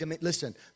listen